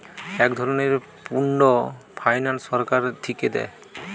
এক ধরনের pooled finance সরকার থিকে দেয়